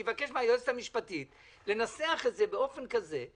אבקש מהיועצת המשפטית לנסח את זה באופן כזה,